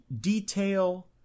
detail